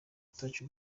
touch